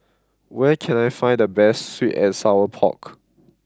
where can I find the best Sweet and Sour Pork